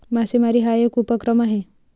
मासेमारी हा एक उपक्रम आहे